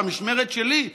במשמרת שלי.